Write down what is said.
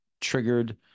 triggered